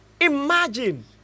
Imagine